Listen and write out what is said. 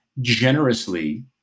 generously